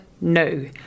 no